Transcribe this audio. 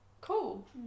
Cool